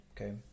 okay